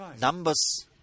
Numbers